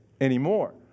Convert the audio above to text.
anymore